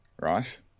right